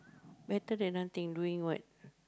better than nothing doing what